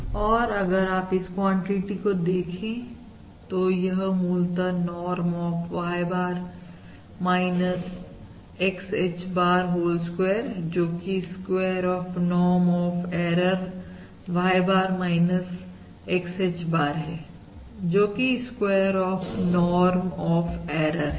और अगर आप इस क्वांटिटी को देखें तो यह मूलतः norm of Y bar XH bar whole square जोकि square of norm of error Y bar X Hbar है जोकि square of norm of error है